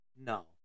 No